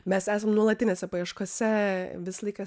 mes esam nuolatinėse paieškose visą laiką